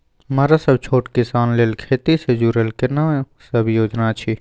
मरा सब छोट किसान लेल खेती से जुरल केना सब योजना अछि?